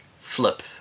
flip